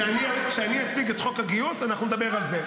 כשאני אציג את חוק הגיוס אנחנו נדבר על זה.